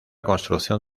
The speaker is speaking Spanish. construcción